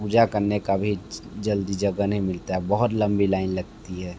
पूजा करने को भी जल्दी जगह नहीं मिलती है बहुत लम्बी लाइन लगती है